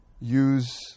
Use